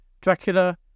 Dracula